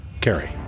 Carrie